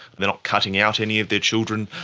they are not cutting out any of their children,